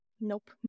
nope